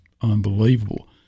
unbelievable